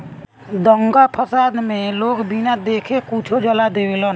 दंगा फसाद मे लोग बिना देखे कुछो जला देवेलन